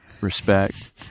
respect